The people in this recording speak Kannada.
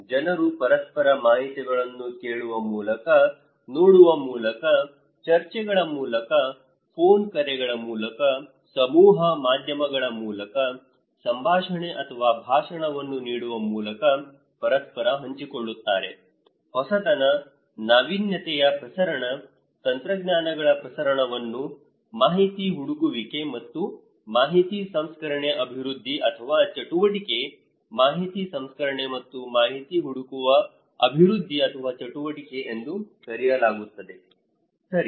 ಜನರು ಪರಸ್ಪರ ಮಾಹಿತಿಗಳನ್ನು ಕೇಳುವ ಮೂಲಕ ನೋಡುವ ಮೂಲಕ ಚರ್ಚೆಗಳ ಮೂಲಕ ಫೋನ್ ಕರೆಗಳ ಮೂಲಕ ಸಮೂಹ ಮಾಧ್ಯಮಗಳ ಮೂಲಕ ಸಂಭಾಷಣೆ ಅಥವಾ ಭಾಷಣವನ್ನು ನೀಡುವ ಮೂಲಕ ಪರಸ್ಪರ ಹಂಚಿಕೊಳ್ಳುತ್ತಾರೆ ಹೊಸತನ ನಾವೀನ್ಯತೆಯ ಪ್ರಸರಣ ತಂತ್ರಜ್ಞಾನಗಳ ಪ್ರಸರಣವನ್ನು ಮಾಹಿತಿ ಹುಡುಕುವಿಕೆ ಮತ್ತು ಮಾಹಿತಿ ಸಂಸ್ಕರಣೆ ಅಭಿವೃದ್ಧಿ ಅಥವಾ ಚಟುವಟಿಕೆ ಮಾಹಿತಿ ಸಂಸ್ಕರಣೆ ಮತ್ತು ಮಾಹಿತಿ ಹುಡುಕುವ ಅಭಿವೃದ್ಧಿ ಅಥವಾ ಚಟುವಟಿಕೆ ಎಂದು ಕರೆಯಲಾಗುತ್ತದೆ ಸರಿ